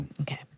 Okay